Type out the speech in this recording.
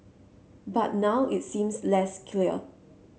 but now it seems less clear